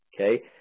okay